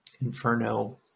Inferno